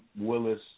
Willis